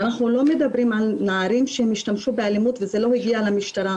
אנחנו לא מדברים על נערים שהשתמשו באלימות וזה לא הגיע למשטרה,